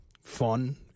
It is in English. fun